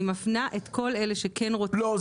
אני מפנה את כל אלה שכן רוצים --- לא,